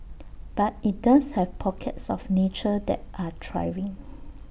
but IT does have pockets of nature that are thriving